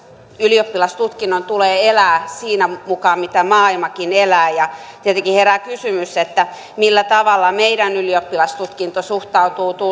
ylioppilastutkinnon tulee elää mukana siinä miten maailmakin elää tietenkin herää kysymys millä tavalla meidän ylioppilastutkinto suhtautuu